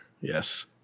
Yes